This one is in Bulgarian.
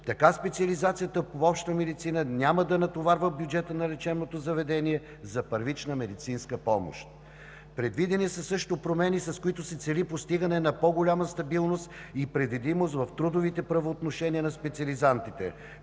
Така специализацията по Обща медицина няма да натоварва бюджета на лечебното заведение за първична медицинска помощ. Предвидени са също промени, с които се цели постигане на по-голяма стабилност и предвидимост в трудовите правоотношения на специализантите,